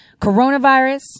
Coronavirus